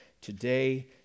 today